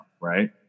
right